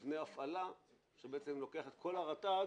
כמה זמן --- בדרך כלל הצו בין שבועיים לשלושה --- תרשמו את השאלות,